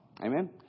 Amen